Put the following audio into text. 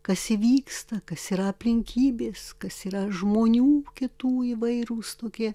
kas įvyksta kas yra aplinkybės kas yra žmonių kitų įvairūs tokie